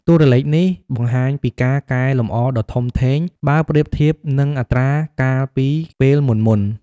តួលេខនេះបង្ហាញពីការកែលម្អដ៏ធំធេងបើប្រៀបធៀបនឹងអត្រាកាលពីពេលមុនៗ។